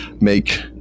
make